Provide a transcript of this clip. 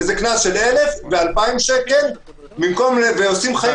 וזה קנס של אלף ואלפיים שקל ועושים חיים